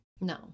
No